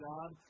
God